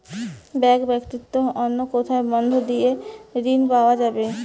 Bank ব্যাতীত অন্য কোথায় বন্ধক দিয়ে ঋন পাওয়া যাবে?